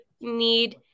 need